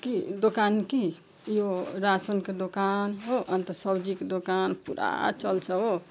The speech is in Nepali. कि दोकान कि यो रासनको दोकान हो अन्त सब्जीको दोकान पुरा चल्छ हो